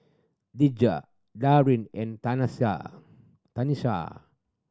Dejah Darin and Tanesha